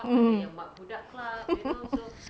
mm mm